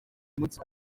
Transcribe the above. umunsi